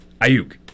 Ayuk